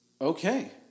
Okay